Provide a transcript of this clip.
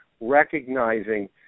Recognizing